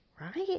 Right